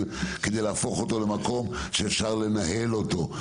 כדי להפוך אותו למקום שאפשר לנהל אותו.